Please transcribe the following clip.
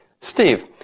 Steve